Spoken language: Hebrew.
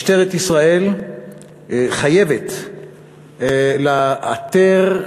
משטרת ישראל חייבת לאתר,